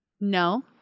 No